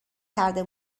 کرده